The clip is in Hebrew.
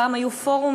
פעם היו פורומים,